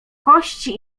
kości